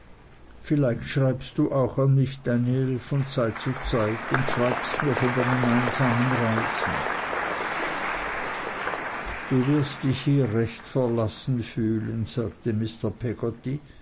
vielleicht schreibst du auch an mich daniel von zeit zu zeit und schreibst mir von deinen einsamen reisen du wirst dich hier recht verlassen fühlen sagte